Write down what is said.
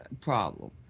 problem